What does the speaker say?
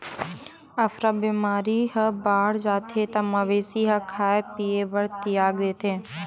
अफरा बेमारी ह बाड़ जाथे त मवेशी ह खाए पिए बर तियाग देथे